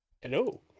Hello